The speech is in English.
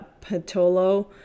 patolo